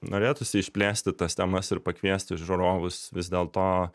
norėtųsi išplėsti tas temas ir pakviesti žiūrovus vis dėlto